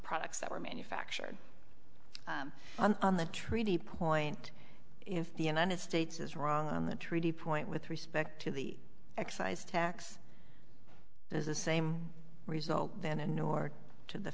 products that were manufactured on the treaty point in the united states is wrong on the treaty point with respect to the excise tax is the same result then in order to the